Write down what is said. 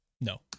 No